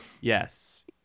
Yes